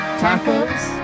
tacos